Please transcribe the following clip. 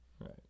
right